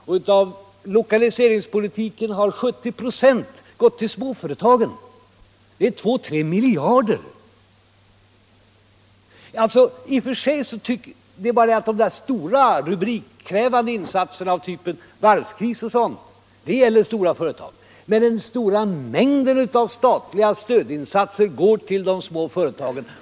Och av anslagen till lokaliseringspolitiken har 70 "» gått till småföretagen — det rör sig om 2-3 miljarder. Det är bara det att de rubrikskapande insatserna av typen varvskris gäller stora företag, men den stora mängden av statliga stödinsatser går till de små företagen.